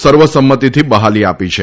સર્વ સંમતિથી બહાલી આપી છે